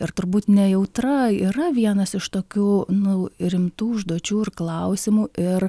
ir turbūt nejautra yra vienas iš tokių nu ir rimtų užduočių ir klausimų ir